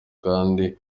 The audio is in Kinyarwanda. kandi